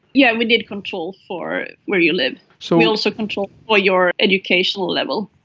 yeah we need control for where you live. so we also control for your educational level.